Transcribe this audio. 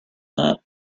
that